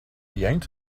yanked